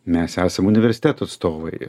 mes esam universiteto atstovai